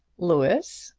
louis,